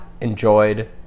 enjoyed